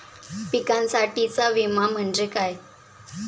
पिकांसाठीचा विमा म्हणजे काय?